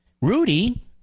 Rudy